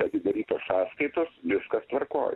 atidarytos sąskaitos viskas tvarkoj